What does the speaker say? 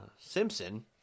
Simpson